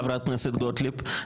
חברת הכנסת גוטליב,